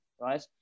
right